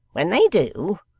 when they do,